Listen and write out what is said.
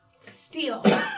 Steal